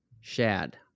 Shad